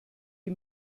die